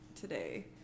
today